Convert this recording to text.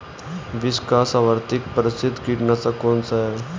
विश्व का सर्वाधिक प्रसिद्ध कीटनाशक कौन सा है?